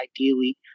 ideally